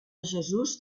jesús